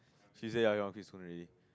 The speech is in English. she say ya she want quit soon already